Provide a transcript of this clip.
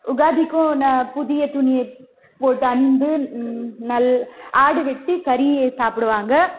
யுஹாதிக்கும் ந புதிய துணி எடு போட்டு அணிந்து நல் ஆடு வெட்டி கறி சாப்பிடுவாங்க